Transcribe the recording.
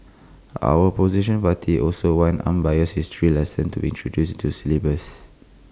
our opposition party also wants unbiased history lessons to be introduced into the syllabus